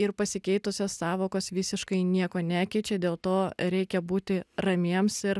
ir pasikeitusios sąvokos visiškai nieko nekeičia dėl to reikia būti ramiems ir